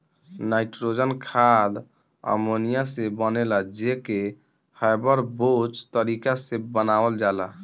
nitrogen खाद ammonia से बनेला जे के हैबर बोच तारिका से बनावल जाला